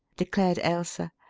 declared ailsa.